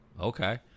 Okay